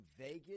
Vegas